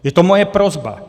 Je to moje prosba.